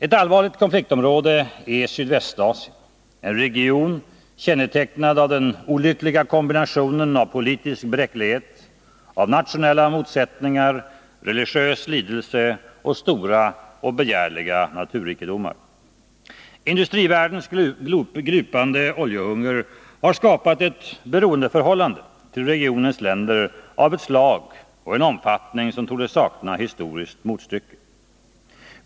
Ett allvarligt konfliktområde är Sydvästasien, en region kännetecknad av den olyckliga kombinationen av politisk bräcklighet, nationella motsättningar, religiös lidelse och stora och begärliga naturrikedomar. Industrivärldens glupande oljehunger har skapat ett beroendeförhållande till regionens länder, av ett slag och en omfattning som torde sakna historiskt motstycke.